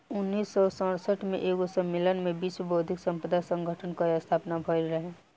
उन्नीस सौ सड़सठ में एगो सम्मलेन में विश्व बौद्धिक संपदा संगठन कअ स्थापना भइल रहे